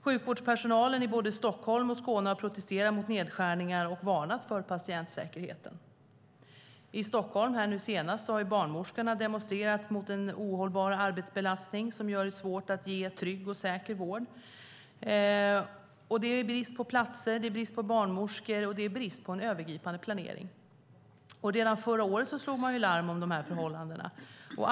Sjukvårdspersonalen i både Stockholm och Skåne har protesterat mot nedskärningar och varnat för att patientsäkerheten hotas. I Stockholm har nu senast barnmorskorna demonstrerat mot en ohållbar arbetsbelastning som gör det svårt att ge trygg och säker vård. Det är brist på platser, barnmorskor och övergripande planering. Redan förra året slog man larm om förhållandena.